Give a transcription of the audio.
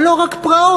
אבל לא רק פרעות.